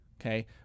okay